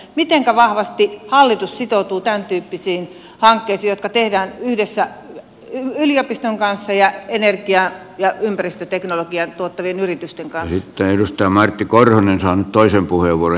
mitenkä vahvasti hallitus sitoutuu tämäntyyppisiin hankkeisiin jotka tehdään yhdessä yliopiston kanssa ja energia ja ympäristöteknologiaa tuottavien yritysten kanssa tehdystä martti korhonen sain toisen puheenvuoron